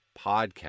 podcast